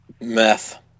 Meth